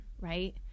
right